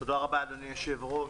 תודה רבה, אדוני היושב-ראש.